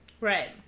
Right